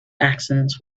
accidents